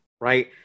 right